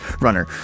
Runner